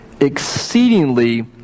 exceedingly